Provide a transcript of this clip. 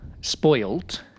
spoilt